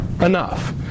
enough